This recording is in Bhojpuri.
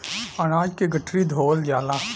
अनाज के गठरी धोवल जाला